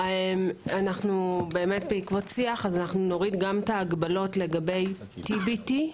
אנו בעקבות שיח נוריד גם את ההגבלות לגבי TBT,